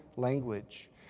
Language